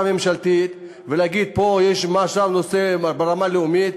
ממשלתית ולהגיד: פה יש משהו ברמה לאומית.